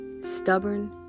Stubborn